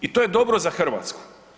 I to je dobro za Hrvatsku.